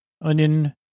Onion